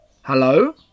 hello